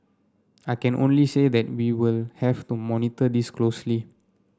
I can only say that we will have to monitor this closely